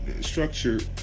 structured